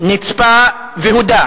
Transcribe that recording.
(תיקוני חקיקה),